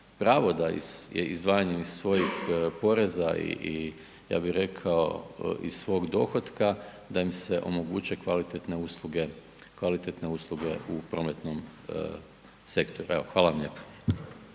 da izdvajanjem iz svojih poreza i ja bih rekao iz svog dohotka da im se omoguće kvalitetne usluge u prometnom sektoru. Evo hvala vam lijepo.